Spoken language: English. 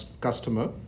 customer